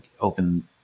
open